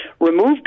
remove